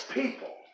people